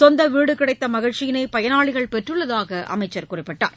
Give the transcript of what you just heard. சொந்த வீடு கிடைத்த மகிழ்ச்சியினை பயனாளிகள் பெற்றுள்ளதாக அமைச்சர் குறிப்பிட்டார்